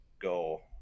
go